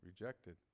rejected